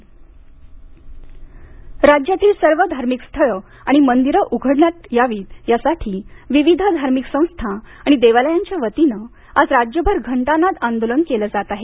मंदिर उघडा राज्यातील सर्व धार्मिक स्थळं आणि मंदिरं उघडावीत यासाठी विविध धार्मिक संस्था आणि देवालयांच्या वतीनं आज राज्यभर घंटानाद आंदोलन केलं जात आहे